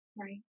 Right